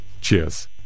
cheers